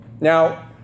Now